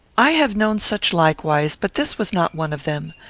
i have known such likewise, but this was not one of them.